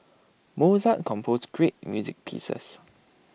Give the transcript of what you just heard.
Mozart composed great music pieces